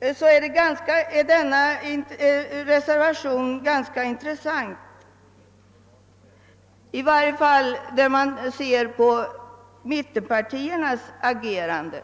är förevarande motioner ganska intressanta, i varje fall om man ser på mittenpartiernas agerande.